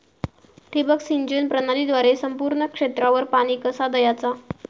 ठिबक सिंचन प्रणालीद्वारे संपूर्ण क्षेत्रावर पाणी कसा दयाचा?